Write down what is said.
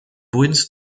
bruins